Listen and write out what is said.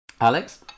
Alex